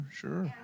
sure